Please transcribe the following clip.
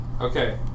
Okay